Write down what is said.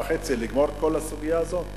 שנה וחצי לגמור את כל הסוגיה הזאת,